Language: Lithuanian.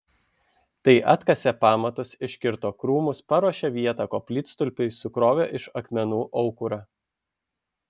tai atkasė pamatus iškirto krūmus paruošė vietą koplytstulpiui sukrovė iš akmenų aukurą